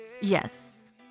yes